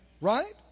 Right